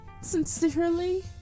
Sincerely